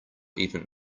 even